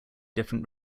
different